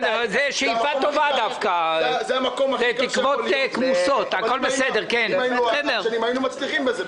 זה המקום הכי טוב שיכול להיות אם היינו מצליחים בזה,